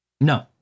No